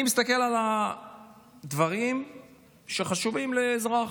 אני מסתכל על הדברים שחשובים לאזרח,